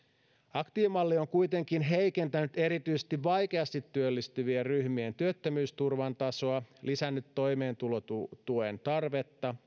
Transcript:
aktiivimalli on kuitenkin heikentänyt erityisesti vaikeasti työllistyvien ryhmien työttömyysturvan tasoa lisännyt toimeentulotuen tarvetta